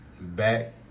back